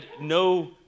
no